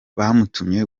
bamutumye